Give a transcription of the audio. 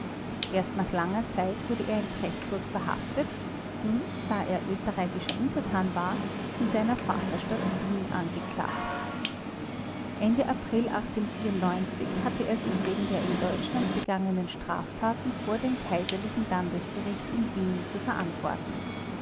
erst nach langer zeit wurde er in preßburg verhaftet und da er österreichischer untertan war in seiner vaterstadt wien angeklagt ende april hatte er sich wegen der in deutschland begangenen straftaten vor dem kaiserlichen landesgericht in wien zu verantworten